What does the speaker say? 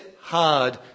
hard